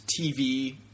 TV